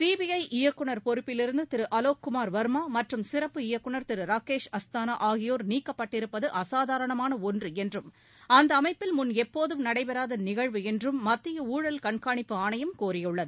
CBI இயக்குநர் பொறுப்பிலிருந்து திரு அலோக் குமார் வர்மா மற்றும் சிறப்பு இயக்குநர் திரு ராகேஷ் அஸ்தானா ஆகியோர் நீக்கப்பட்டிருப்பது அசாதாரணமான ஒன்று என்றும் அந்த அமைப்பில் முன் எப்போதும் நடைபெறாத நிகழ்வு என்றும் மத்திய ஊழல் கண்காணிப்பு ஆணையம் கூறியுள்ளது